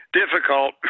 difficult